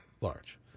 Large